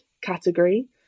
category